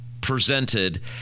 presented